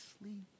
sleep